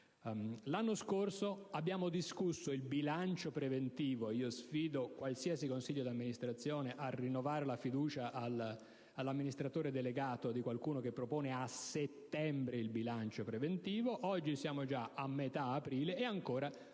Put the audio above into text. L'anno scorso abbiamo discusso il bilancio preventivo a settembre: sfido qualsiasi consiglio di amministrazione a rinnovare la fiducia ad un amministratore delegato che proponga a settembre il bilancio preventivo. Oggi siamo già a metà aprile e ancora di questo